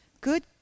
good